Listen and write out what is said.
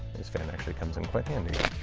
this fan actually comes in quite handy.